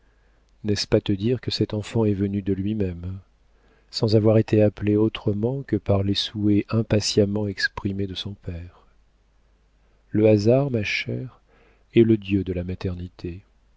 n'est-ce pas te dire que cet enfant est venu de lui-même sans avoir été appelé autrement que par les souhaits impatiemment exprimés de son père le hasard ma chère est le dieu de la maternité